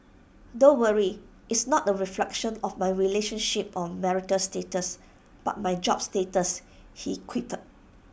don't worry it's not the reflection of my relationship or marital status but my job status he quipped